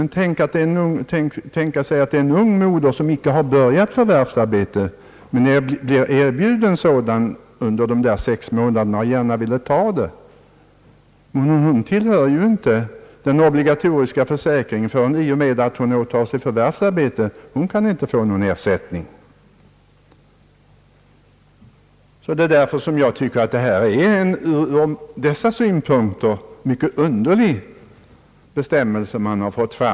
Men låt oss tänka på det fallet att en ung moder, som inte har börjat förvärvsarbeta, blir erbjuden sådant under de sex månaderna och gärna vill ta det. Hon tillhör inte den obligatoriska försäkringen förrän vid den tidpunkt då hon åtar sig förvärvsarbete och kan inte få någon ersättning. Därför tycker jag att det är en ur dessa synpunkter mycket underlig bestämmelse, som här har föreslagits.